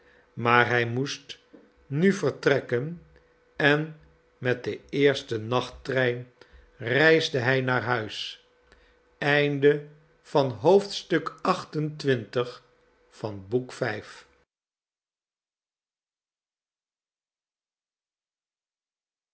maar hij moest nu vertrekken en met den eersten nachttrein reisde hij naar huis